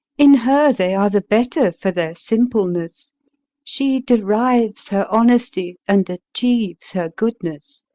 in her they are the better for their simpleness she derives her honesty, and achieves her goodness.